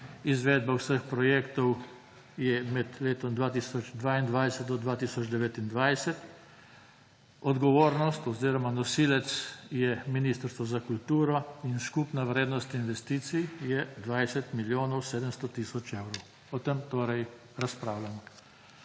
Izvedba vseh projektov je med leti 2022 do 2029, odgovornost oziroma nosilec je Ministrstvo za kulturo in skupna vrednost investicij je 20 milijonov 700 tisoč evrov. O tem torej razpravljamo.